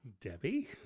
Debbie